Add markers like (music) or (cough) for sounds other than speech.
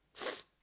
(noise)